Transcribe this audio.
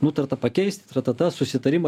nutarta pakeist tratata susitarimą